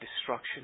destruction